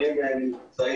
אני מצפה